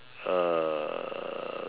uh